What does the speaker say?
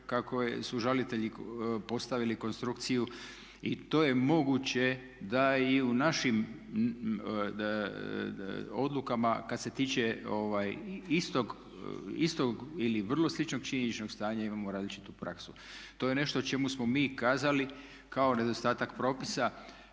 kako su žalitelji postavili konstrukciju. I to je moguće da i u našim odlukama kad se tiče istog ili vrlo sličnog činjeničnog stanja imamo različitu praksu. To je nešto o čemu smo mi kazali kao nedostatak propisa.